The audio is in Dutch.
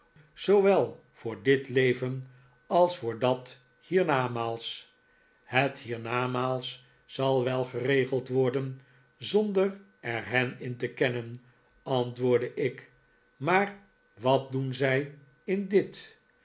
zoowel voor dit leven als voor dat hiernamaals het hiernamaals zal wel geregeld worden zonder er hen in te kennen antwoordde ik maar wat doen zij in dit